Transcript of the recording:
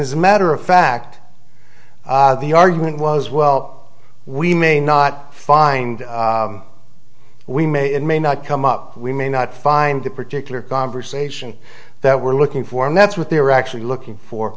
is a matter of fact the argument was well we may not find we may and may not come up we may not find the particular conversation that we're looking for and that's what they were actually looking for